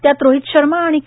त्यात रोहित शर्मा आणि के